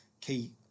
key